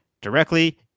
Directly